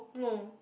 no